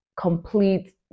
complete